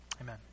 amen